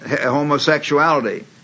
homosexuality